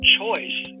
choice